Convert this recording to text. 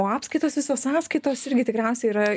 o apskaitos visos sąskaitos irgi tikriausiai yra